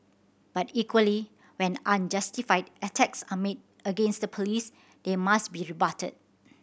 but equally when unjustified attacks are made against the Police they must be rebutted